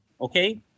Okay